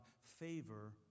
favor